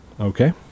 Okay